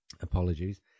apologies